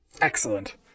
Excellent